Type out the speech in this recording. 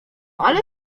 ale